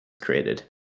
created